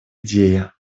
идее